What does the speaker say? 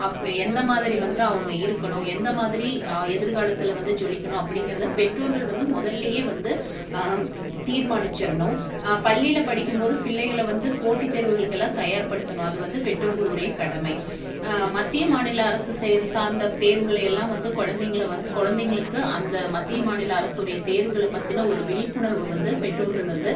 அப்போ எந்த மாதிரி வந்து அவங்க இருக்கணும் எந்த மாதிரி எதிர்காலத்தில் வந்து ஜொலிக்கணும் அப்டிங்கிறத பெற்றோர்கள் வந்து முதல்லயே வந்து தீர்மானிச்சிறணும் பள்ளியில் படிக்கும் போது பிள்ளைகளை வந்து போட்டி தேர்வுகளுக்கெல்லாம் தயார்படுத்தணும் அது வந்து பெற்றோர்களுடைய கடமை மத்திய மாநில அரசு செயல் சார்ந்த தேர்வுகளை எல்லாம் வந்து குழந்தைங்கள வந்து குழந்தைங்களுக்கு அந்த மத்திய மாநில அரசுனுடைய தேர்வுகளை பற்றின ஒரு விழிப்புணர்வ வந்து பெற்றோர்கள் வந்து